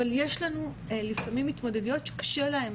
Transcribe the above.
אבל לחלקן יש לפעמים התמודדויות שקשה להן